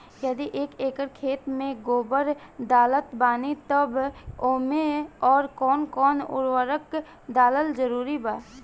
यदि एक एकर खेत मे गोबर डालत बानी तब ओमे आउर् कौन कौन उर्वरक डालल जरूरी बा?